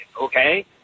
okay